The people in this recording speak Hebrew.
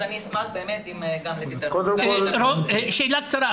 אז אשמח באמת אם --- שאלה קצרה.